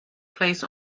place